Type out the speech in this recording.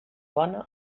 bona